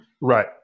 Right